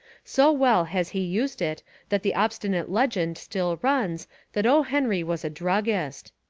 so well has he used it that the obsti nate legend still runs that o. henry was a drug gist.